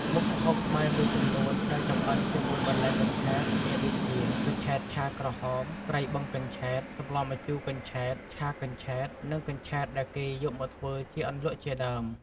មុខម្ហូបខ្មែរមួយចំនួនដែលចម្អិនជាមួយបន្លែកញ្ឆែតមានដូចជា កញ្ឆែតឆាក្រហម ត្រីបឹងកញ្ឆែត សម្លម្ជូរកញ្ឆែត ឆាកញ្ឆែត និងកញ្ឆែតដែលគេយកធ្វើជាអន្លក់ជាដើម។